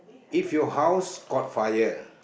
if your house caught fire